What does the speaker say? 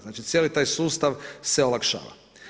Znači cijeli taj sustav se olakšava.